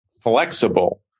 Flexible